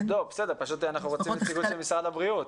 אנחנו פשוט רוצים את משרד הבריאות.